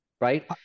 right